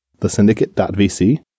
thesyndicate.vc